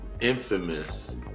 infamous